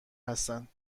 هستند